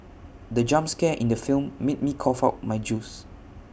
the jump scare in the film made me cough out my juice